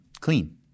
clean